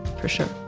for sure